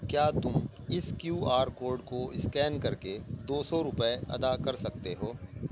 کیا تم اس کیو آر کوڈ کو اسکین کر کے دو سو روپئے ادا کر سکتے ہو